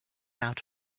out